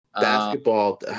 Basketball